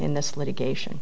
in this litigation